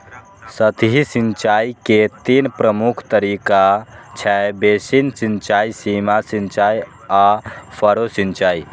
सतही सिंचाइ के तीन प्रमुख तरीका छै, बेसिन सिंचाइ, सीमा सिंचाइ आ फरो सिंचाइ